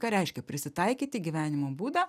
ką reiškia prisitaikyti gyvenimo būdą